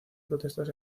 protestas